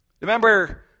Remember